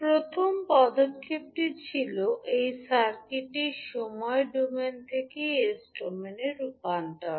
প্রথম পদক্ষেপটি ছিল এই সার্কিটের সময় ডোমেন থেকে এস ডোমেনে রূপান্তর